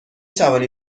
توانی